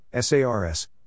SARS